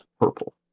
Purple